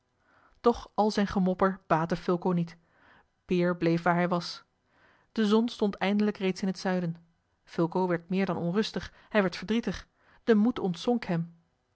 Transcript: doch al zijn gemopper baatte fulco niet peer bleef waar hij was de zon stond eindelijk reeds in het zuiden fulco werd meer dan onrustig hij werd verdrietig de moed